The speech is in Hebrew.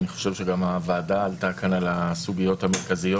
אני חושב שגם הוועדה עלתה כאן על הסוגיות המרכזיות.